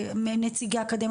נציגי אקדמיה,